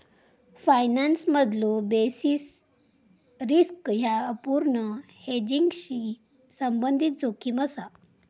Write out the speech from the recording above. फायनान्समधलो basis risk ह्या अपूर्ण हेजिंगशी संबंधित जोखीम असा